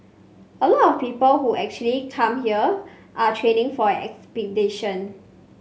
a lot of people who actually come here are training for an expedition